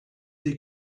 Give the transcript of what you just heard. they